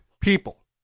people